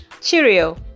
Cheerio